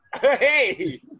Hey